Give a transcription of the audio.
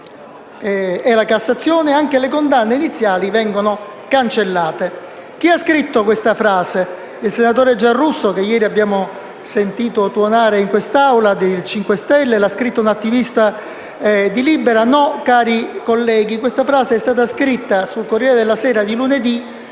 e la Cassazione, anche le condanne iniziali vengono poi cancellate». Chi ha scritto questa frase? Il senatore Giarrusso del Movimento 5 Stelle che ieri abbiamo sentito tuonare in quest'Aula? L'ha scritta un'attivista di «Libera»? No, cari colleghi, questa frase è stata scritta sul «Corriere della Sera» di lunedì